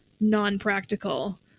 non-practical